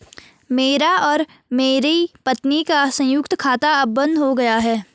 मेरा और मेरी पत्नी का संयुक्त खाता अब बंद हो गया है